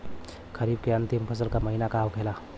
खरीफ के अंतिम फसल का महीना का होखेला?